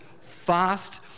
fast